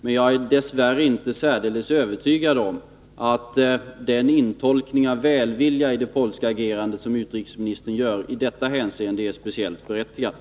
Men jag är dess värre inte särdeles övertygad om att den tolkning av välvilja i det polska agerandet som utrikesministern gör i detta hänseende är speciellt berättigad.